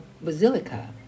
Basilica